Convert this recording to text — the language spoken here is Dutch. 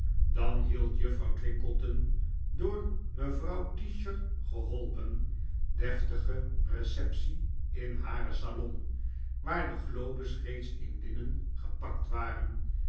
dan hield juffrouw twinkleton door mevrouw tischer geholpen deftig receptie in haren salon waar de globes reeds in linnen gepakt waren